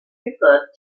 referred